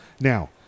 Now